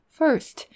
first